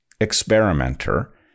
experimenter